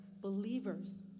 believers